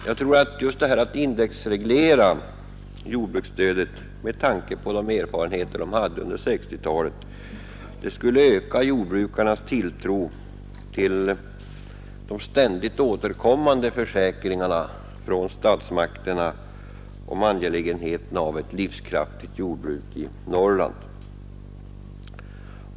Med tanke på de erfarenheter vi gjorde under 1960-talet tror jag att en indexreglering av jordbruksstödet skulle öka jordbrukarnas tilltro till de ständigt återkommande försäkringarna från statsmakterna om angelägenheten av ett livskraftigt jordbruk i Norrland.